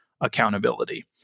accountability